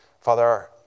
Father